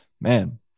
Man